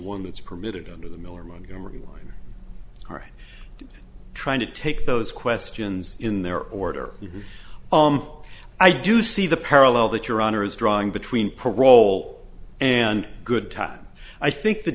one that's permitted under the miller mongomery mine are trying to take those questions in their order of i do see the parallel that your honor is drawing between parole and good time i think the